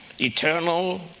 Eternal